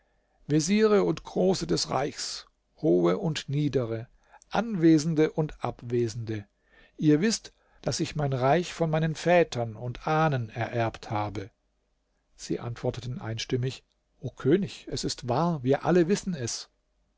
veziere und große des reichs hohe und niedere anwesende und abwesende ihr wißt daß ich mein reich von meinen vätern und ahnen ererbt habe sie antworteten einstimmig o könig es ist wahr wir alle wissen es